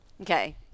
Okay